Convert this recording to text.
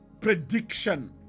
prediction